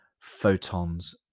photons